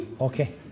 Okay